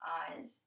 eyes